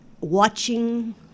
watching